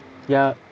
ya